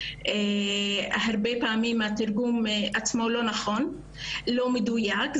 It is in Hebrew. הרבה פעמים התרגום עצמו לא נכון או לא מדויק,